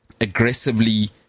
aggressively